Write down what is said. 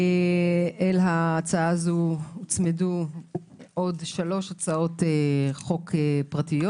להצעה הזו הוצמדו עוד שלוש הצעות חוק פרטיות